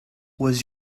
was